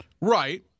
Right